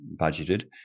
budgeted